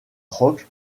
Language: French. rock